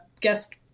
guest